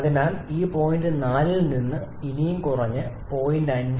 അതിനാൽ ഈ പോയിന്റ് 4 ൽ നിന്ന് ഇനിയും കുറയുന്നു പോയിന്റ് 5